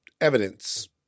evidence